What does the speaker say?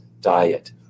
diet